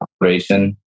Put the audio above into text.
operation